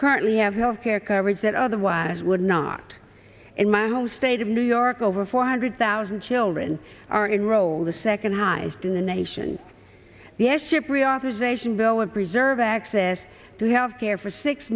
currently have health care coverage that otherwise would not in my home state of new york over four hundred thousand children are enrolled the second highest in the nation the s chip reauthorization bill would preserve access to health care for six